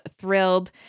thrilled